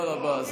תודה רבה.